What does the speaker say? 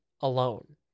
alone